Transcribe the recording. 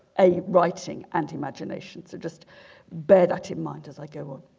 a writing ant imagination so just bear that in mind as i go on